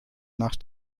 nach